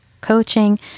coaching